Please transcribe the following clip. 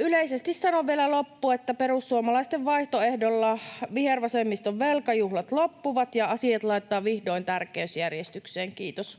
Yleisesti sanon vielä loppuun, että perussuomalaisten vaihtoehdolla vihervasemmiston velkajuhlat loppuvat ja asiat laitetaan vihdoin tärkeysjärjestykseen. — Kiitos.